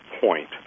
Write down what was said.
point